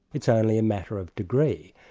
it's only a matter of degree.